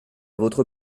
votre